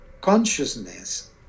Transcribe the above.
consciousness